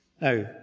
Now